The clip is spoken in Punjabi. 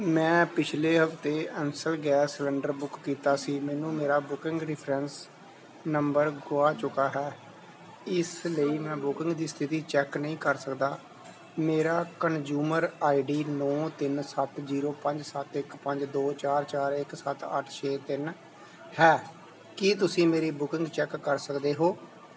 ਮੈਂ ਪਿਛਲੇ ਹਫ਼ਤੇ ਐੱਸਲ ਗੈਸ ਸਿਲੰਡਰ ਬੁੱਕ ਕੀਤਾ ਸੀ ਮੈਨੂੰ ਮੇਰਾ ਬੁਕਿੰਗ ਰਿਫਰੈਂਸ ਨੰਬਰ ਗੁਆ ਚੁੱਕਾ ਹੈ ਇਸ ਲਈ ਮੈਂ ਬੁਕਿੰਗ ਦੀ ਸਥਿਤੀ ਚੈੱਕ ਨਹੀਂ ਕਰ ਸਕਦਾ ਮੇਰਾ ਕਨਜ਼ੂਮਰ ਆਈਡੀ ਨੌਂ ਤਿੰਨ ਸੱਤ ਜੀਰੋ ਪੰਜ ਸੱਤ ਇੱਕ ਪੰਜ ਦੋ ਚਾਰ ਚਾਰ ਇੱਕ ਸੱਤ ਅੱਠ ਛੇ ਤਿੰਨ ਹੈ ਕੀ ਤੁਸੀਂ ਮੇਰੀ ਬੁਕਿੰਗ ਚੈੱਕ ਕਰ ਸਕਦੇ ਹੋ